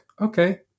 okay